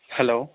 hello